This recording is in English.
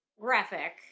graphic